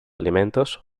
alimentos